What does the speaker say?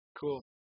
Cool